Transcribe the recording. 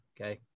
Okay